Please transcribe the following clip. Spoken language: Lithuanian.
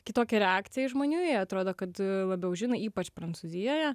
kitokią reakciją į žmonių jie atrodo kad labiau žino ypač prancūzijoje